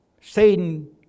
Satan